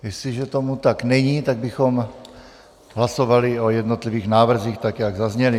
Jestliže tomu tak není, tak bychom hlasovali o jednotlivých návrzích tak, jak zazněly.